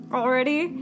already